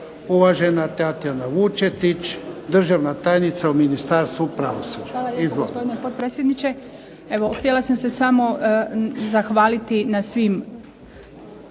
Uvažena Tatjana Vučetić, državna tajnica u Ministarstvu pravosuđa.